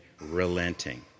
relenting